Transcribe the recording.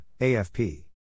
AFP